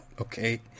Okay